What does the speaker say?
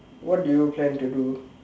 what do you plan to do